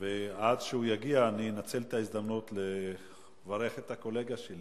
ועד שהוא יגיע אני אנצל את ההזדמנות לברך את הקולגה שלי